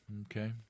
Okay